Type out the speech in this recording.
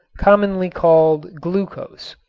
commonly called glucose.